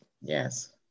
Yes